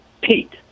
Pete